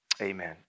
Amen